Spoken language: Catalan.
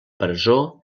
presó